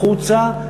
החוצה,